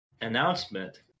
announcement